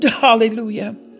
Hallelujah